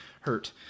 hurt